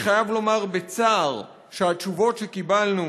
אני חייב לומר בצער שהתשובות שקיבלנו